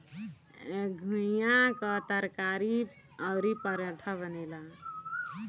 घुईया कअ तरकारी अउरी पराठा बनेला